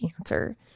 answer